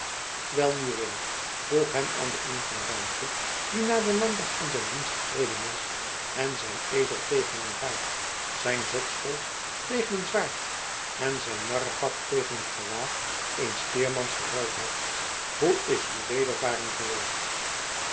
welnu ridder vroeg hem aan den ingang daamke die na den landdag in zijn dienst getreden was en zijn ezel tegen een paard zijn zotskolf tegen een zwaard en zijn narrenpak tegen het gewaad eens speermans verruild had hoe is uw wedervaren geweest